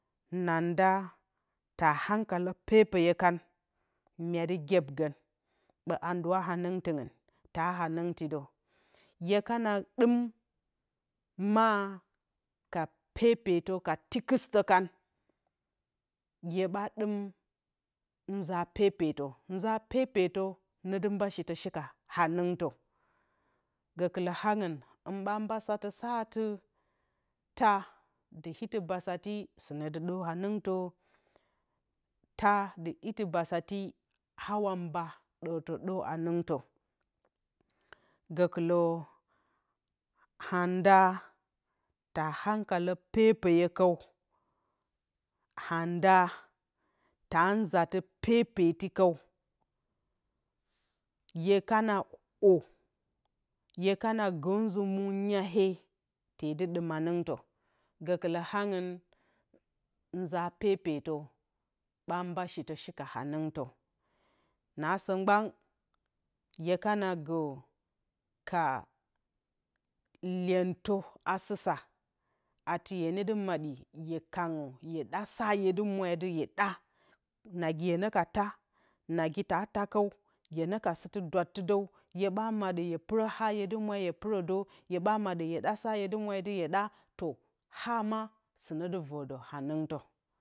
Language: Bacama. Nanda ta hankalə pepeyo kan mya du gyebgən ɓo a nduwa hanɨngtɨng ta hanɨngtə də hye kana dum ma ka pepetə ka tikɨstɨ kan hye ɓa dum nza pepetə nza pepetə no ndu mba shitə shika hanɨngtə gəkulə haungn hɨn mba sotə saati taa jɨ iti basati sunə dɨ dor hanɨngtə taa dɨitɨ bassati nda wa mba dor tə dor hanɨngtə, gəkulə anda ta hankalə pepeyə kakturnw anda ta nyatɨ pepeti kəw hye kana'o hye kana go nzɨ mow nyahye teat dum hanɨngtə gukulə hangn nza pepetə ba mɓa shitə hi ka hanɨngtə naso gɓan hue kana go ka luentə a susa atɨ hye no ɗu maddi hye kangyo hye ɗa sa hye du mwə ati hye ɗa nagi hyenə ka joa nagi ta taa kəw hyenəka sutɨ dwattɨ dəw, hye ɓa maddə hye puro haa hye du mua hye pun də hye maddə hye ɗa sa hye dɨ mwa atɨ hye ɗa aa ma sunə dɨ vodə hanɨngtə.